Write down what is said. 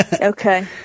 Okay